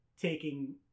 taking